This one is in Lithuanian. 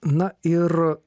na ir